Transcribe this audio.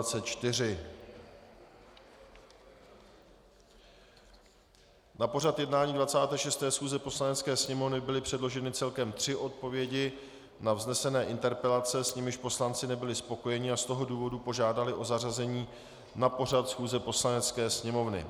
Na pořad jednání 26. schůze Poslanecké sněmovny byly předloženy celkem tři odpovědi na vznesené interpelace, s nimiž poslanci nebyli spokojeni, a z toho důvodu požádali o zařazení na pořad schůze Poslanecké sněmovny.